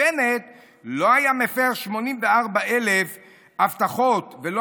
ובנט לא היה מפר 84,792,645 הבטחות ולא